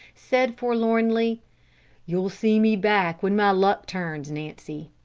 said forlornly you'll see me back when my luck turns, nancy.